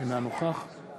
אינה נוכחת